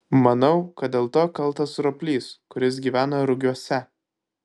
manau kad dėl to kaltas roplys kuris gyvena rugiuose